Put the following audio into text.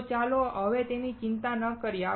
તો ચાલો હવે તેની ચિંતા ન કરીએ